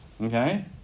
Okay